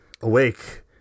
awake